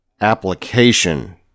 application